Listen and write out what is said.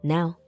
Now